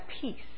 peace